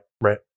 right